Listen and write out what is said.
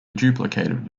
duplicated